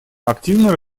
активно